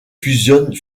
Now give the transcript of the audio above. fusionne